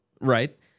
right